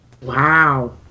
wow